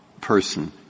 person